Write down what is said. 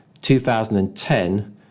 2010